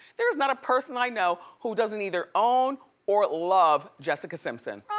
there's not a person i know who doesn't either own or love jessica simpson.